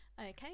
Okay